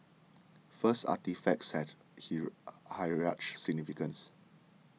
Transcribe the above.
first artefacts had hero heritage significance